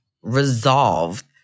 resolved